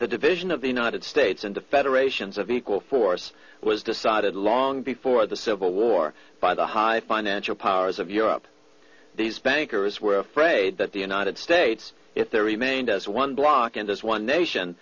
the division of the united states into federations of equal force was decided long before the civil war by the high financial powers of europe these bankers were afraid that the united states if they remained as one block in this one nation